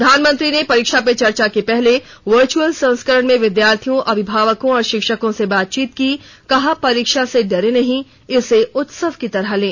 प्रधानमंत्री ने परीक्षा पे चर्चा के पहले वर्चुअल संस्करण में विद्यार्थियों अभिभावकों और शिक्षकों से बातचीत की कहा परीक्षा से डरे नहीं इसे उत्सव की तरह लें